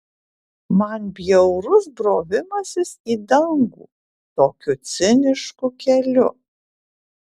man bjaurus brovimasis į dangų tokiu cinišku keliu